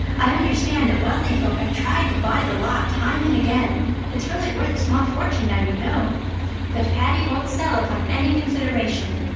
i understand that wealthy folk have tried to buy the lot time and again it's really worth a small fortune now, you know but patty won't sell upon any consideration.